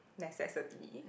necessity